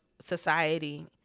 society